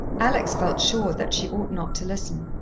alex felt sure that she ought not to listen,